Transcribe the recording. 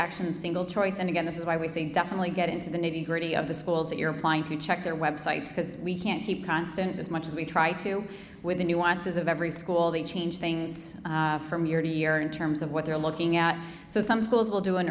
action single choice and again this is why we say definitely get into the nitty gritty of the schools that you're applying to check their websites because we can't keep constant as much as we try to with the nuances of every school they change things from year to year in terms of what they're looking at so some schools will do an